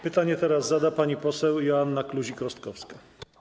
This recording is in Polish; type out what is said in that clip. Pytanie teraz zada pani poseł Joanna Kluzik-Rostkowska.